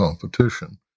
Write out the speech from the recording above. competition